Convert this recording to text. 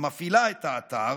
המפעילה את האתר,